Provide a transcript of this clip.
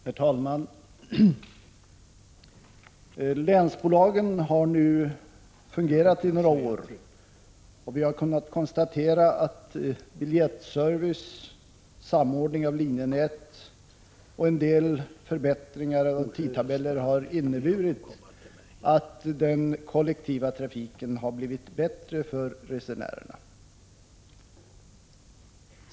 Herr talman! Länsbolagen har nu fungerat i några år och vi har kunnat konstatera att biljettservice, samordning av linjenät och en del förbättringar av tidtabeller har inneburit att den kollektiva trafiken har blivit bättre för resenärerna.